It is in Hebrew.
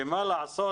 מה לעשות,